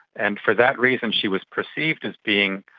and for that reason she was perceived as being,